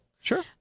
Sure